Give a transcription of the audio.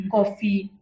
Coffee